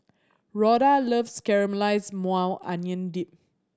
Rhoda loves Caramelized Maui Onion Dip